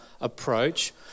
approach